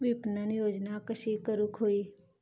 विपणन योजना कशी करुक होई?